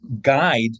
guide